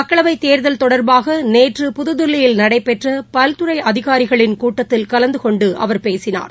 மக்களவைத் தேர்தல் தொடர்பாகநேற்று புதுதில்லியில் நடைபெற்றபல்துறைஅதிகாரிகளின் கூட்டத்தில் கலந்துகொண்டுஅவர் பேசினார்